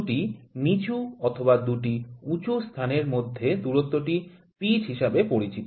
২ টি নিচু অথবা ২ টি উঁচু স্থানের মধ্যে দূরত্বটি পিচ হিসাবে পরিচিত